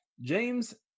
James